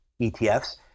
ETFs